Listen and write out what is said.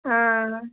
ஆ